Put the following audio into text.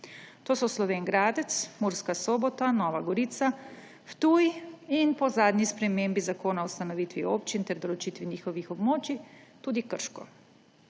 To so Slovenj Gradec, Murska Sobota, Nova Gorica, Ptuj in po zadnji spremembi Zakona o ustanovitvi občin ter o določitvi njihovih območij tudi Krško.